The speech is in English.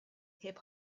hip